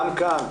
גם כאן,